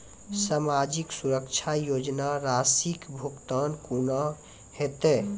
समाजिक सुरक्षा योजना राशिक भुगतान कूना हेतै?